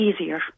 easier